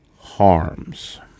harms